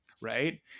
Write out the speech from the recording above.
right